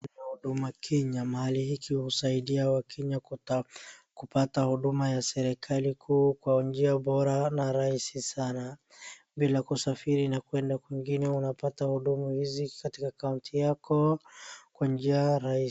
Ni Huduma Kenya. Mahali hiki husaidia wakenya kupata huduma ya serikali kuu kwa njia bora na rahisi sana. Bila kusafiri na kuenda kwingine unapata huduma hizi katika county yako kwa njia rahisi.